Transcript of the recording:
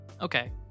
Okay